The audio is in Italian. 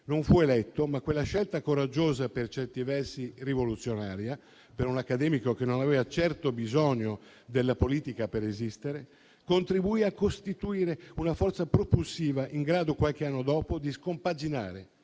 Non fu eletto, ma quella scelta coraggiosa, per certi versi rivoluzionaria per un accademico che non aveva certo bisogno della politica per esistere, contribuì a costituire una forza propulsiva, in grado, qualche anno dopo, di scompaginare